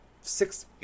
six